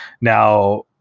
Now